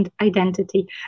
identity